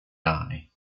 aye